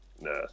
nah